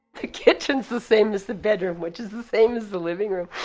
the kitchen's the same as the bedroom, which is the same as the living room.